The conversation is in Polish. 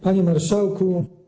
Panie Marszałku!